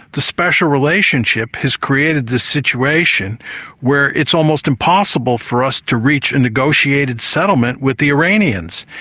the special relationship has created the situation where it's almost impossible for us to reach a negotiated settlement with the iranians.